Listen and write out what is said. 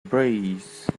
breeze